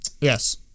Yes